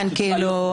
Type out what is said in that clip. אני יודע.